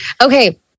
Okay